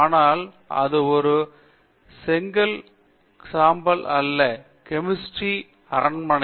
ஆனால் அது ஒரு செங்கல் மற்றும் சாம்பல் அல்ல கெமிஸ்ட்ரி ல் ஒரு அரண்மனை